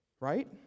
Right